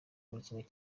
muri